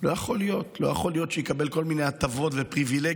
לא יכול להיות שהוא יקבל כל מיני הטבות ופריבילגיות,